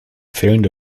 fehlende